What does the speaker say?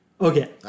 Okay